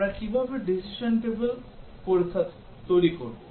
আমরা কিভাবে decision table পরীক্ষা তৈরি করব